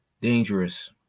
dangerous